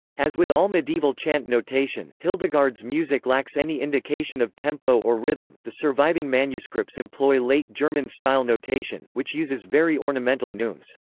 as with all medieval chant notation, hildegard's music lacks any indication of tempo or rhythm the surviving manuscripts employ late german style notation, which uses very ornamental neumes.